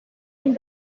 been